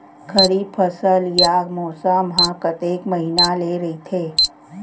खरीफ फसल या मौसम हा कतेक महिना ले रहिथे?